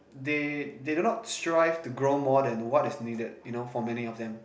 they they do not strive to grow more than what is needed you know for many of them